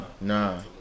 Nah